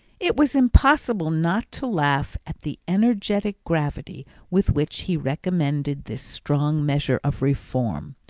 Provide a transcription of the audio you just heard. it was impossible not to laugh at the energetic gravity with which he recommended this strong measure of reform.